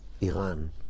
Iran